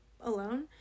alone